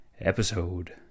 episode